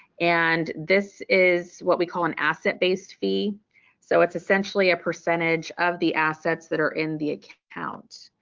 and this is what we call an asset-based fee so it's essentially a percentage of the assets that are in the account.